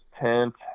tent